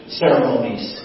ceremonies